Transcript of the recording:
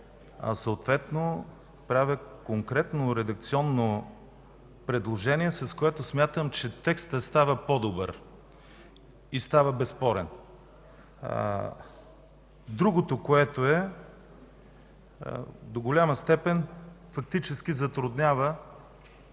а съответно правя конкретно редакционно предложение, с което смятам, че текстът става по-добър и безспорен. Другото, което е – до голяма степен фактически затруднява